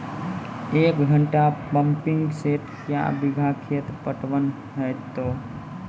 एक घंटा pumping set क्या बीघा खेत पटवन है तो?